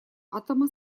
атома